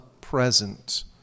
present